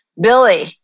Billy